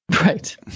Right